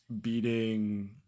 beating